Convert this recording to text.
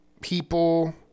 People